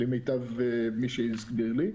למיטב ידיעתו של מי שהסביר לי,